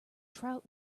trout